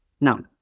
No